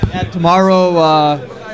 Tomorrow